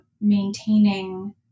maintaining